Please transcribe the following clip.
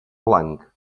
blanc